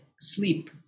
sleep